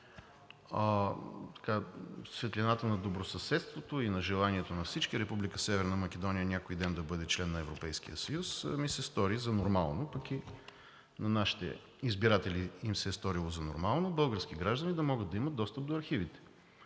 светлината на добросъседството и на желанието на всички Република Северна Македония някой ден да бъде член на Европейския съюз, а и ми се стори за нормално, пък и на нашите избиратели им се е сторило нормално български граждани да могат да имат достъп до архивите,